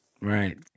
right